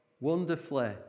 Wonderfully